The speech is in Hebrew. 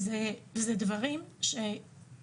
יש דברים חדשים